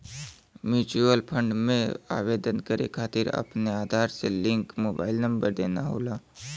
mutual fund में आवेदन करे खातिर अपने आधार से लिंक मोबाइल नंबर देना होला